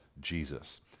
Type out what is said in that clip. Jesus